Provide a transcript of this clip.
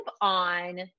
on